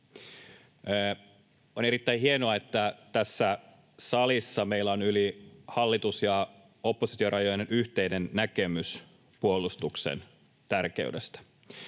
On erittäin hienoa, että tässä salissa meillä on yli hallitus—oppositio-rajojen yhteinen näkemys puolustuksen tärkeydestä.